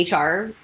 HR